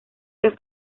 que